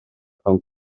pan